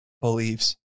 believes